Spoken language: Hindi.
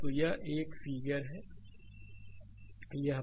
Refer Slide Time 0121 स्लाइड समय देखें 0121 तो यह फिगर है